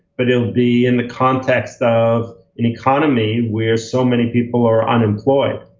but it will be in the context of an economy where so many people are unemployed.